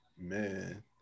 Man